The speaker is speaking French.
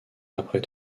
après